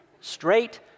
Straight